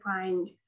find